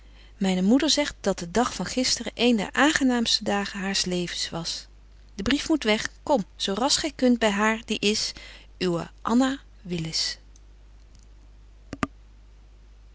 myne moeder zegt dat de dag van gisteren een der aangenaamste dagen haar's levens was de brief moet weg kom zo rasch gy kunt by haar die is